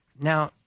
now